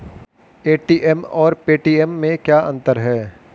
ATM और Paytm में क्या अंतर है?